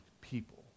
people